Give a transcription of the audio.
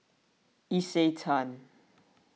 Isetan